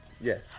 Yes